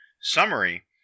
summary